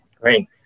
Great